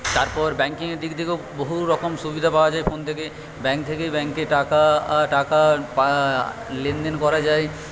তারপর ব্যাংকিং এর দিক থেকেও বহুরকম সুবিধা পাওয়া যায় ফোন থেকে ব্যাংক থেকে ব্যাংকে টাকা টাকা লেন দেন করা যায়